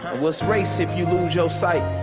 what's race if you lose your sight?